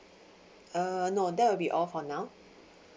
uh no that will be all for now